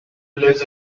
lives